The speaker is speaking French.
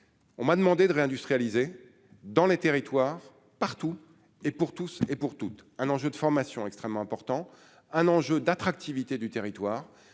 on m'a demandé de réindustrialiser dans les territoires partout et pour tous et pour toutes, un enjeu de formation extrêmement important, un enjeu d'attractivité du territoire,